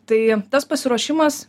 tai tas pasiruošimas